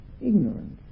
ignorance